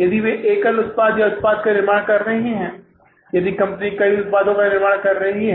यदि वे एकल उत्पाद या उत्पाद का निर्माण कर रहे हैं यदि कंपनी कई उत्पादों का निर्माण कर रही है